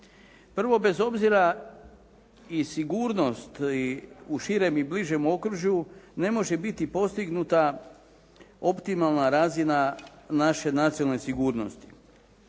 Prvo bez obzira i sigurnost i u širem i bližem okružju ne može biti postignuta optimalna razina naše nacionalne sigurnosti.